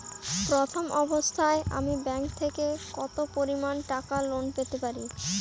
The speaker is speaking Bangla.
প্রথম অবস্থায় আমি ব্যাংক থেকে কত পরিমান টাকা লোন পেতে পারি?